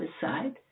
side